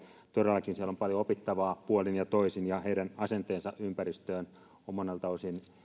todellakin siellä on paljon opittavaa puolin ja toisin ja heidän asenteensa ympäristöön on monelta osin